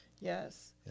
Yes